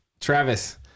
Travis